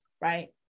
right